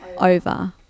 over